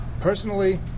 Personally